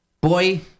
boy